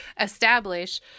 establish